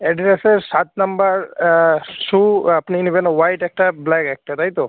অ্যাডিডাসের সাত নম্বর শু আপনি নেবেন হোয়াইট একটা ব্ল্যাক একটা তাই তো